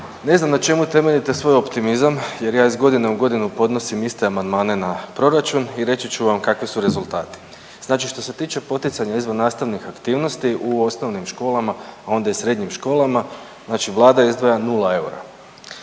Ne znam na čemu temeljite svoj optimizam jer ja iz godine u godinu podnosim iste amandmane na proračun i reći ću vam kakvi su rezultati. Znači što se tiče poticanja izvannastavnih aktivnosti u osnovnim školama, a onda i srednjim školama znači Vlada izdvaja nula eura.